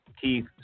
Keith